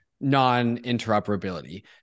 non-interoperability